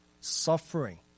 suffering